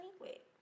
wait